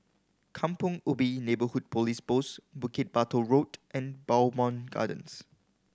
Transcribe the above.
Kampong Ubi Neighbourhood Police Post Bukit Batok Road and Bowmont Gardens